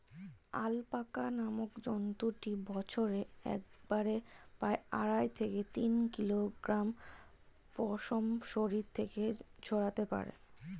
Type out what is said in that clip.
alpaca নামক জন্তুটি বছরে একবারে প্রায় আড়াই থেকে তিন কিলোগ্রাম পশম শরীর থেকে ঝরাতে পারে